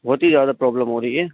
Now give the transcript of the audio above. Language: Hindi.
बहुत ही ज़्यादा प्रोब्लम हो रही है